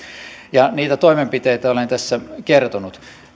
ja niitä toimenpiteitä olen tässä kertonut